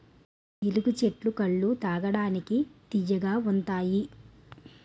జీలుగు చెట్టు కల్లు తాగడానికి తియ్యగా ఉంతాయి